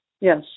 Yes